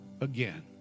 again